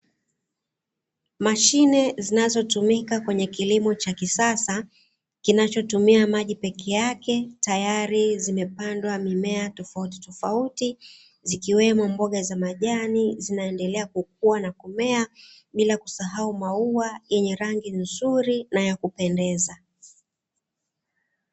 Mashine zinazotumika kwenye kilimo cha kisasa kinachotumia maji peke yake, tayari zimepandwa mimea tofautitofauti zikiwemo mboga za majani, zinaendelea kukua na kumea bila kusahau maua yenye rangi nzuri na ya kupendeza.